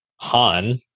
Han